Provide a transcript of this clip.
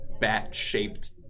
bat-shaped